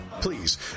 Please